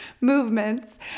movements